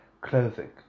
clothing